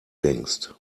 denkst